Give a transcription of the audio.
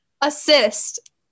assist